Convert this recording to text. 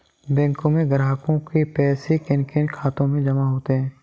बैंकों में ग्राहकों के पैसे किन किन खातों में जमा होते हैं?